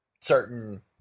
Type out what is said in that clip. certain